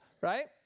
right